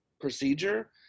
procedure